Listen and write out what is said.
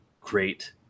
great